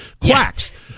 quacks